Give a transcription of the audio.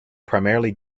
primarily